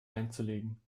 einzulegen